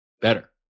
better